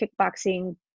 kickboxing